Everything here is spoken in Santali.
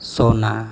ᱥᱚᱱᱟ